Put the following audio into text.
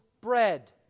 bread